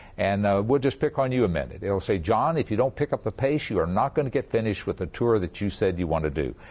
and we'll just pick on you a minute. it will say, john, if you don't pick up the pace you are not going to get finished with the tour that you said you want to do.